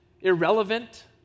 irrelevant